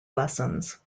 lessons